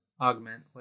augment